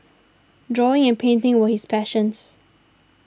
drawing and painting were his passions